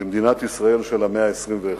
במדינת ישראל של המאה ה-21.